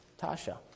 Tasha